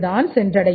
தான் சென்றடையும்